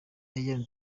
iain